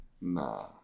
Nah